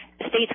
states